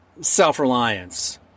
self-reliance